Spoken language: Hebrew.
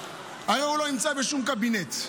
הרי הוא לא נמצא בשום קבינט.